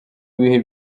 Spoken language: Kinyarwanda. ibihe